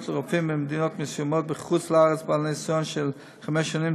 לרופאים ממדינות מסוימות בחוץ לארץ בעלי ניסיון של חמש שנים),